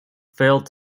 failed